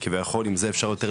כביכול עם זה אפשר יותר להתחכם,